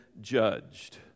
judged